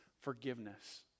forgiveness